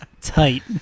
Tight